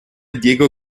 diego